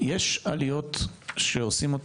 יש עליות שעושים אותו